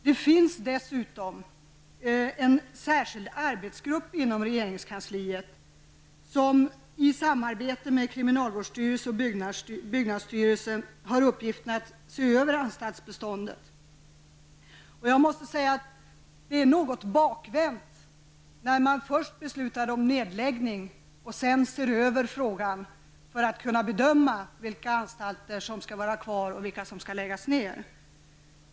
Det finns dessutom en särskild arbetsgrupp inom regeringskansliet som i samarbete med kriminalvårdsstyrelsen och byggnadsstyrelsen har i uppgift att se över anstaltsbeståndet. Det är något bakvänt att först besluta om nedläggning och sedan se över frågan för att kunna bedöma vilka anstalter som skall vara kvar och vilka som skall läggas ned.